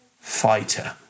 fighter